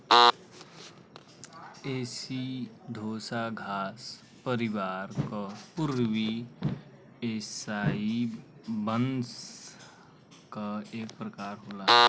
एसिडोसा घास परिवार क पूर्वी एसियाई बांस क एक प्रकार होला